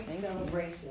celebration